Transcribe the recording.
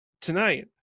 tonight